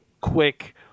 quick